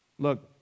Look